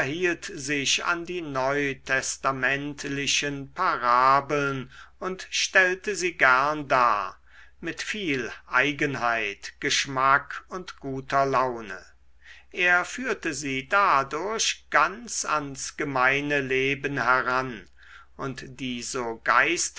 sich an die neutestamentlichen parabeln und stellte sie gern dar mit viel eigenheit geschmack und guter laune er führte sie dadurch ganz ans gemeine leben heran und die